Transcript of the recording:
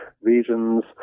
regions